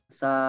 sa